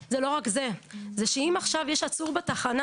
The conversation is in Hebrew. זה לא רק זה, זה שאם עכשיו יש עצור בתחנה